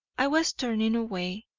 i was turning away,